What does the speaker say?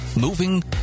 moving